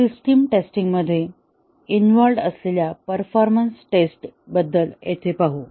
system testing मध्ये involved असलेल्या performance test बद्दल इथे पाहू